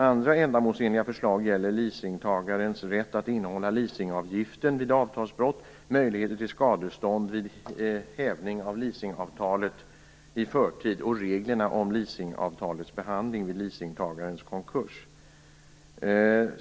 Andra ändamålsenliga förslag gäller leasetagarens rätt att innehålla leasingavgiften vid avtalsbrott, möjligheter till skadestånd vid hävning av leasingavtalet i förtid och reglerna om leasingavtalets behandling vid leasetagarens konkurs.